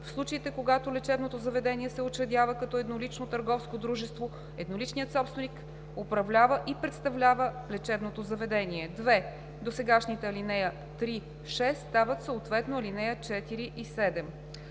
в случаите, когато лечебното заведение се учредява като еднолично търговско дружество, едноличният собственик управлява и представлява лечебното заведение.“ 2. Досегашните ал. 3 – 6 стават съответно ал. 4 – 7.“